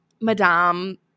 Madame